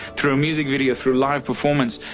through a music video, through live performance.